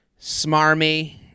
Smarmy